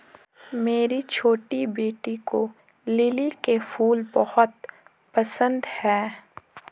मेरी छोटी बेटी को लिली के फूल बहुत पसंद है